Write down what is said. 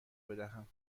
بدهم